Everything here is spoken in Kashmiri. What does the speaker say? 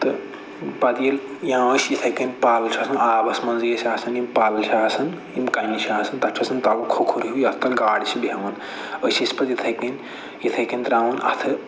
تہٕ پَتہٕ ییٚلہِ یا ٲسۍ یِتھٕے کٔنۍ پَل چھِ آسان آبَسٕے منٛزٕے ٲسۍ آسان یِم پَل چھِ آسان یِم کَنہِ چھِ آسان تَتھ چھُ آسان تَلہٕ کھۅکھُر ہیٛوٗ یَتھ پٮ۪ٹھ گاڈٕ چھِ بیٚہوان أسۍ ٲسۍ پَتہٕ یِتھٕے کٔنۍ یِتھٕے کٔنۍ ترٛاوان اَتھٕ